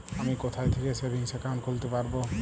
আমি কোথায় থেকে সেভিংস একাউন্ট খুলতে পারবো?